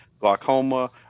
glaucoma